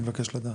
אני מבקש לדעת.